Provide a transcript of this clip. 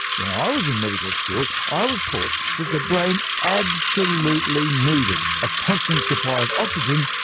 when i was in medical school, i was taught that the brain absolutely needed a constant supply of oxygen,